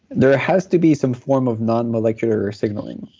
there has to be some form of non-molecular signaling.